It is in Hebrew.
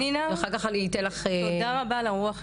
פנינה, תודה רבה על הרוח הגבית.